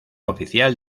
oficial